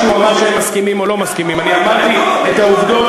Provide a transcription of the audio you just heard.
זה לא מסיבת עיתונאים, אני עונה לך.